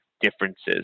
differences